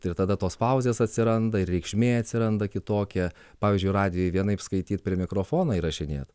ir tada tos pauzės atsiranda ir reikšmė atsiranda kitokia pavyzdžiui radijuj vienaip skaityt per mikrofoną įrašinėti